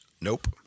Nope